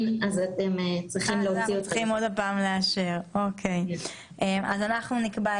ברשותכם, לאחרונה עדכנו את